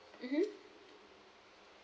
mmhmm